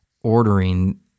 ordering